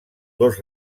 dos